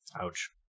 Ouch